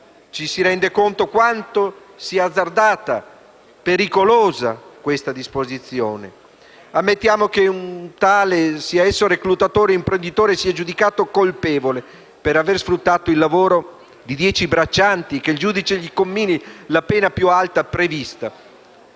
ci si rende conto di quanto sia azzardata e pericolosa questa disposizione. Ammettiamo che un tale, sia esso reclutatore o imprenditore, sia giudicato colpevole per aver sfruttato il lavoro di dieci braccianti e che il giudice gli infligga la pena più alta prevista: